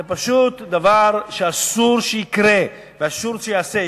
זה פשוט דבר שאסור שיקרה, ואסור שייעשה.